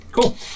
Cool